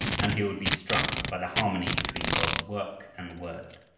and he would be struck by the harmony between god's work and word.